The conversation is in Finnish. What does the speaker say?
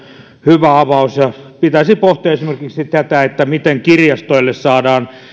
hyvä avaus ja pitäisi pohtia esimerkiksi tätä miten kirjastoille saadaan